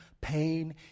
pain